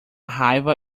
raiva